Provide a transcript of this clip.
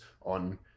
on